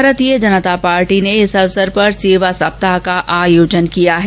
भारतीय जनता पार्टी ने इस अवसर पर सेवा सप्ताह का आयोजन किया है